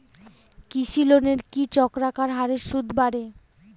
কৃষি লোনের কি চক্রাকার হারে সুদ বাড়ে?